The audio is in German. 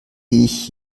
ich